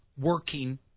working